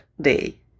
day